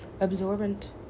absorbent